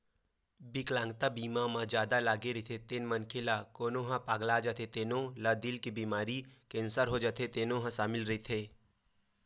बिकलांगता बीमा म जादा लागे रहिथे तेन मनखे ला कोनो ह पगला जाथे तेनो ला दिल के बेमारी, केंसर हो जाथे तेनो ह सामिल रहिथे